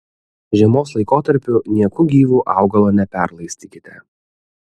žiemos laikotarpiu nieku gyvu augalo neperlaistykite